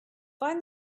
find